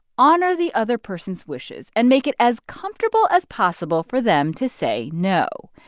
honor the other person's wishes and make it as comfortable as possible for them to say no.